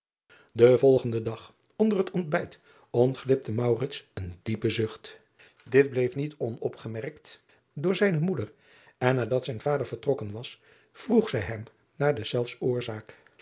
en volgenden dag onder het ontbijt ontglipte een diepe zucht it bleef niet onopgemerkt door zijne moeder en nadat zijn vader vertrokken was vroeg zij hem naar deszelfs oorzaak